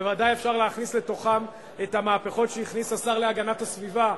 בוודאי אפשר להכניס לתוכם את המהפכות שהכניס השר להגנת הסביבה.